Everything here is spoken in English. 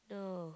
no